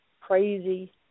crazy